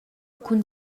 cun